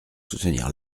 soutenir